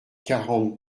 quarante